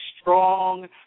strong